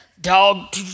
dog